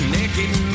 Naked